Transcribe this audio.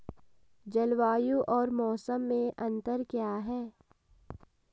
जलवायु और मौसम में अंतर क्या है?